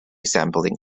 sampling